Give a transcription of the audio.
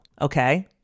Okay